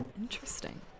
interesting